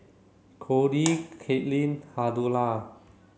Cordie Katelin Huldah